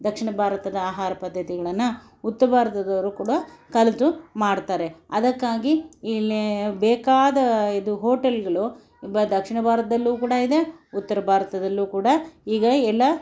ದಕ್ಷಿಣ ಭಾರತದ ಆಹಾರ ಪದ್ಧತಿಗಳನ್ನು ಉತ್ತರ ಭಾರತದವರು ಕೂಡ ಕಲಿತು ಮಾಡ್ತಾರೆ ಅದಕ್ಕಾಗಿ ಇಲ್ಲಿ ಬೇಕಾದ ಇದು ಹೋಟೆಲ್ಗಳು ದಕ್ಷಿಣ ಭಾರತದಲ್ಲೂ ಕೂಡ ಇದೆ ಉತ್ತರ ಭಾರತದಲ್ಲೂ ಕೂಡ ಈಗ ಎಲ್ಲ